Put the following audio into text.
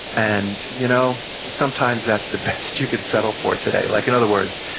and you know sometimes that's the best you could settle for today. like in other words,